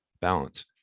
balance